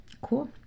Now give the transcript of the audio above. Cool